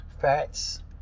fats